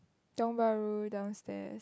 Tiong-Bahru downstairs